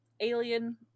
Alien